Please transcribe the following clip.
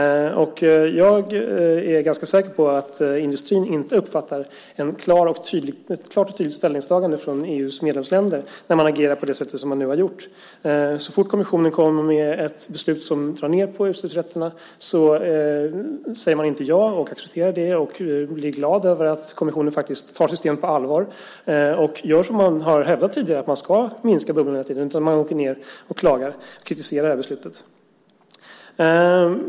Jag är ganska säker på att industrin inte uppfattar ett klart och tydligt ställningstagande från EU:s medlemsländer när man agerar på det sätt som man nu har gjort. Kommissionen kommer med ett beslut som drar ned på utsläppsrätterna. Då säger regeringen inte ja och accepterar det och blir glad över att kommissionen tar systemet på allvar och gör som man har hävdat tidigare, det vill säga att man minskar bubblan hela tiden. Regeringen åker i stället ned och klagar och kritiserar beslutet.